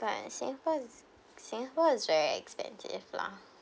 but singapore is singapore is very expensive lah